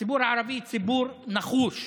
הערבי הוא ציבור נחוש.